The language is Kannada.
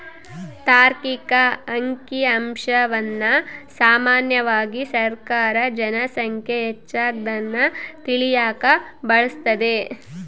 ತಾರ್ಕಿಕ ಅಂಕಿಅಂಶವನ್ನ ಸಾಮಾನ್ಯವಾಗಿ ಸರ್ಕಾರ ಜನ ಸಂಖ್ಯೆ ಹೆಚ್ಚಾಗದ್ನ ತಿಳಿಯಕ ಬಳಸ್ತದೆ